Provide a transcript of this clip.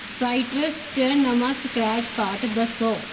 citrus च नमां scratch card दस्सो